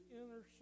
inner